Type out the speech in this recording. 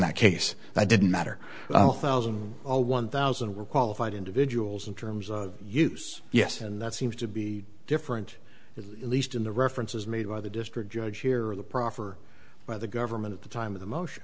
that case that didn't matter well thousand all one thousand were qualified individuals in terms of use yes and that seems to be different at least in the references made by the district judge here the proffer by the government at the time of the motion